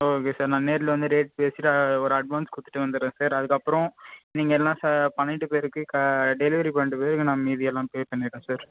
okay sir நாான் நேரில் வந்து ரேட் பேசிட்டு ஒரு அட்வான்ஸ் கொடுத்துட்டு வந்துடுறேன் சார் அதுக்கப்புறம் நீங்கள் எல்லாம் ச பண்ணிவிட்டு பேருக்கு டெலிவரி பண்ணிவிட்டு போய்ருங்க நான் மீதியெல்லாம் பே பண்ணிடுறேன் சார்